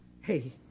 hey